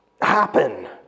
happen